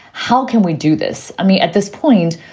how can we do this? i mean, at this point,